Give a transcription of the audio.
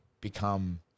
become